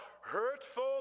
hurtful